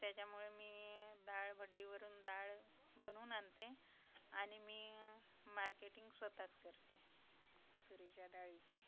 त्याच्यामुळे मी डाळ भट्टीवरून डाळ बनवून आणते आणि मी मार्केटिंग स्वतःच करते तुरीच्या डाळीची